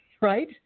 right